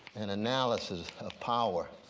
and analysis of power